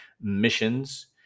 missions